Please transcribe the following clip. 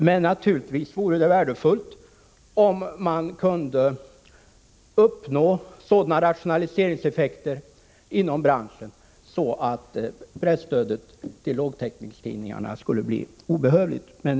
Men naturligtvis vore det värdefullt om vi kunde uppnå sådana rationaliseringseffekter inom branschen att presstödet till lågtäckningstidningar blev obehövligt.